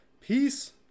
Peace